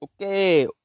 Okay